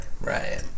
Right